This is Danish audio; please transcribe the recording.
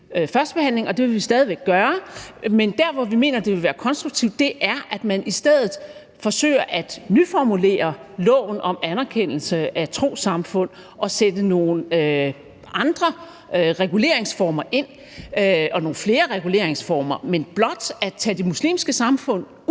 førstebehandlingen, og det vil vi stadig gøre, men der, hvor vi mener det vil være konstruktivt, er, hvis man i stedet forsøger at nyformulere loven om anerkendelse af trossamfund og sætte nogle andre reguleringsformer og nogle flere reguleringsformer ind. Men blot at tage de muslimske samfund ud